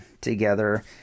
together